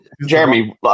Jeremy